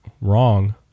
wrong